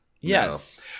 Yes